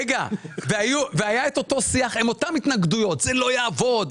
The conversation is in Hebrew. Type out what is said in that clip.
היה אותו שיח עם אותן התנגדויות - זה לא יעבוד,